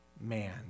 man